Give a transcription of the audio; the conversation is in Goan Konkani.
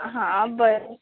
हां बरें